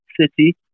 City